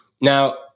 Now